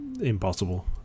impossible